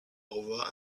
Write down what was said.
over